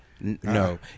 No